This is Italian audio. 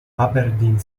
aberdeen